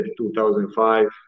2005